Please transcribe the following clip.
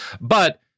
But-